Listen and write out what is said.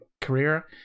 career